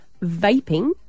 vaping